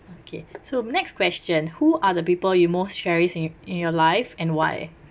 okay so next question who are the people you most cherish in in your life and why